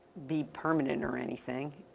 be permanent or anything,